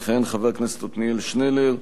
יכהן חבר הכנסת עתניאל שנלר.